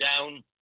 down